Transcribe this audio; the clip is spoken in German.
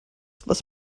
was